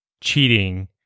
cheating